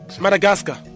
Madagascar